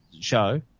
show